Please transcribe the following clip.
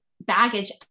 baggage